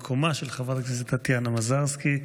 במקומה של חברת הכנסת טטיאנה מזרסקי.